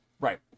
right